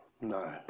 No